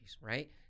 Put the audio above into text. right